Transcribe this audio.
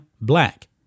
black